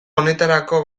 honetarako